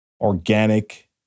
organic